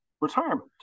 retirement